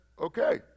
Okay